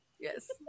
Yes